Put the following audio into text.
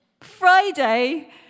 Friday